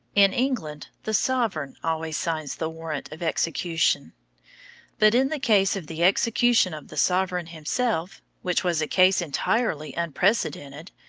in england the sovereign always signs the warrant of execution but in the case of the execution of the sovereign himself, which was a case entirely unprecedented,